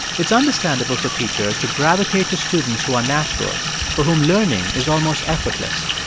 it's understandable for teachers to gravitate to students who are naturals for whom learning is almost effortless.